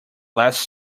last